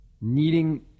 needing